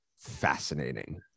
fascinating